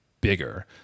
bigger